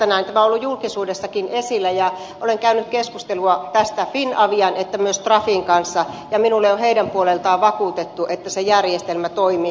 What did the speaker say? tämä on ollut julkisuudessakin esillä ja olen käynyt keskustelua tästä sekä finavian että myös trafin kanssa ja minulle on heidän puoleltaan vakuutettu että se järjestelmä toimii